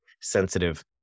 sensitive